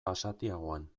basatiagoan